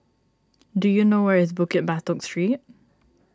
do you know where is Bukit Batok Street